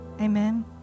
Amen